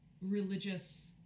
religious